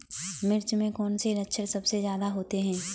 मिर्च में कौन से लक्षण सबसे ज्यादा होते हैं?